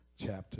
chapter